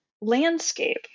landscape